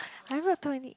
I never told any